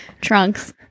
trunks